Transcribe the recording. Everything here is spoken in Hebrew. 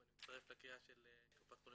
אני כמובן מצטרף לקריאה של קופת חולים